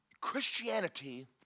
Christianity